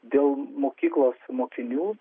dėl mokyklos mokinių